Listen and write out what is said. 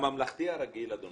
לממלכתי-הרגיל, אדוני,